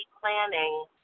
planning